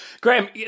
Graham